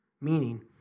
Meaning